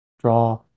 draw